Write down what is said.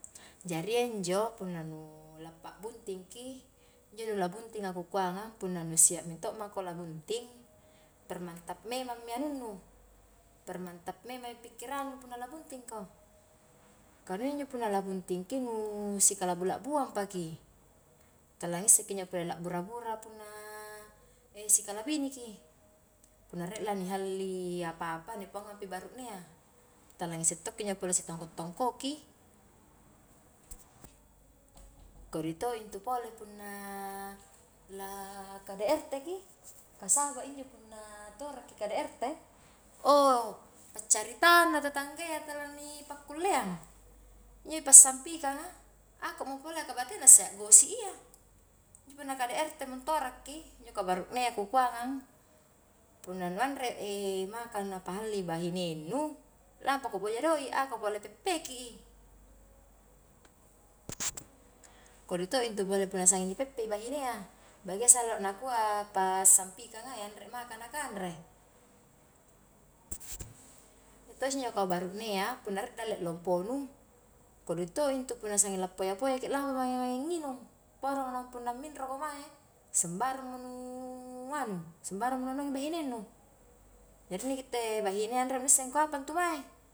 Jaria injo, punna lappa'buntingki, injo nu la bunting a ku kuangang, punna nu siap minto' mako la bunting, permantap memang mi anunnu, permantap memangmi pikkirannu punna labuntingko, ka nu iya injo punna la buntingki nu sikala'bu-la'buang paki, tala ngisse kinjo pole la bura-bura punna sikalibini ki, punna rie lani halli apa-apa ni paungngang pi baru'nea, tala ngisse to' ki injo pole sitongko tongkoki, kodi to intu pole punna la-la kdrt ki, nasaba injo punna na toraki kdrt paccaritanna tetannggayya tala ni pakkulleang, injo passiampikanga, akomo pole ka batena isse a'gosip iya, injo punna kdrt mo antoraki, injo ka baru'nea kukuangang, punna nu anre maka na pahalli bahingne nu, lampako boja doi' ako pole peppeki i, kodi todo intu pole punna sanging ni peppe i bahine a, bagia sallo nakua pa sampikanga anre maka na kanre, iya to isse injo kau baru'nea punna rie dalle lomponu, kodi to' intu punna seng la poya-poya ki lampa mange-mange nginung, pora mo naung punna minro ko mae, sembarangmo nu anu, sembarangmo nu anuangi bahinennu, jari inni gitte bahinea anre ni isse angkua apa intu mae.